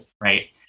right